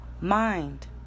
mind